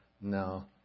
no